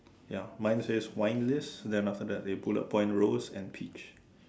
ya mine says wine lists then after that they put up wine rose and peach